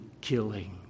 killing